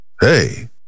hey